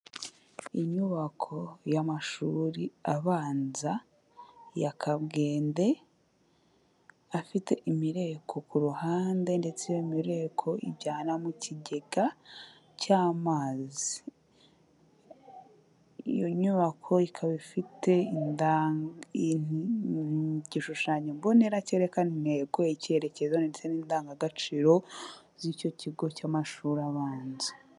Inyubako y'amashuri abanza ya Kabwende, afite imireko ku ruhande ndetse iyo mireko ijyana mu kigega cy'amazi. Iyo nyubako ikaba ifite igishushanyo mbonera cyerekana intego, icyerekezo ndetse n'indangaciro z'icyo kigo cy'amashuri abanza.